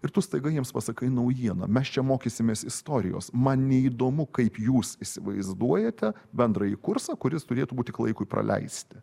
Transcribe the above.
ir tu staiga jiems pasakai naujieną mes čia mokysimės istorijos man neįdomu kaip jūs įsivaizduojate bendrąjį kursą kuris turėtų būti tik laikui praleisti